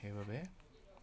সেইবাবে